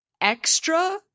extra